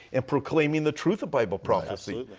and proclaiming the truth of bible prophecy.